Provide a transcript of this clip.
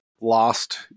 lost